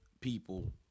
people